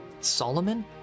Solomon